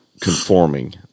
conforming